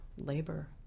labor